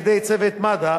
על-ידי צוות מד"א